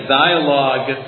dialogue